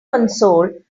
console